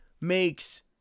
makes